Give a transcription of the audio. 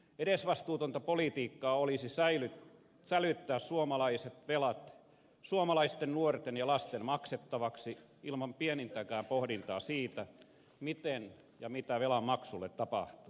edesvastuutonta politiikkaa olisi sälyttää suomalaiset velat suomaisten nuorten ja lasten maksettavaksi ilman pienintäkään pohdintaa siitä miten ja mitä velanmaksulle tapahtuu